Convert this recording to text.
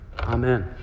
Amen